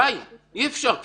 די, אי אפשר כבר.